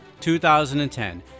2010